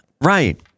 Right